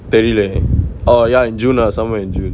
தெரில:therila oh ya in june ah somewhere in june